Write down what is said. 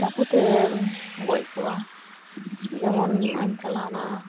ᱪᱟᱯ ᱛᱮᱢ ᱜᱚᱡ ᱠᱚᱣᱟ ᱡᱮᱢᱚᱱ ᱱᱚᱝᱼᱚᱭ ᱮᱢ ᱪᱟᱞᱟᱣ ᱮᱱᱟ